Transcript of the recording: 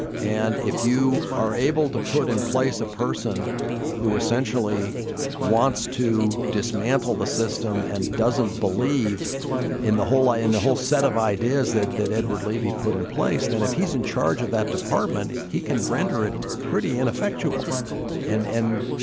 and if you are able to put in place a person who essentially wants to dismantle the system and doesn't believe in the whole lie and the whole set of ideas that that edward lavie put in place, then if he's in charge of that department, he he can render it pretty ineffectual and you